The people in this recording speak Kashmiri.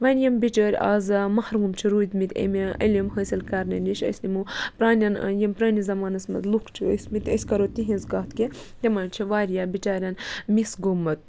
وۄنۍ یِم بِچٲرۍ اَز محروٗم چھِ روٗدۍمٕتۍ ایٚمہِ علم حٲصِل کَرنہٕ نِش أسۍ نِمو پرٛانٮ۪ن یِم پرٛٲنِس زمانَس منٛز لُکھ چھِ ٲسۍمٕتۍ أسۍ کَرو تِہِنٛز کَتھ کہِ تِمَن چھِ واریاہ بِچارٮ۪ن مِس گوٚمُت